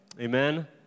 Amen